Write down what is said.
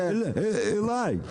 שמדברת עלי,